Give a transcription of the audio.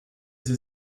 sie